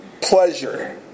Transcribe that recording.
pleasure